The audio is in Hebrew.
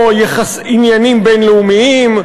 כמו עניינים בין-לאומיים,